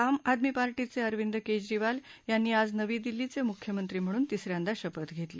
आम आदमी पार्टीचे अरविंद केजरीवाल यांनी आज नवी दिल्लीचे मुख्यमंत्री म्हणून तिसऱ्यांदा शपथ घेतली